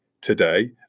today